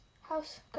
House